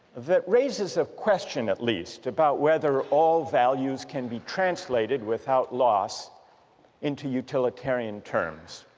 that raises a question at least about whether all values can be translated without loss into utilitarian terms